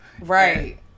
Right